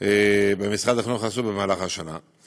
במהלך השנה.